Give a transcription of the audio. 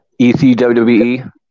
ECWWE